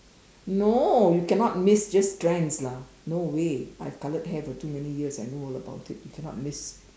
no you cannot miss just strands lah no way I have coloured hair for too many years I know all about it you cannot miss